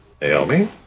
Naomi